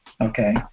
okay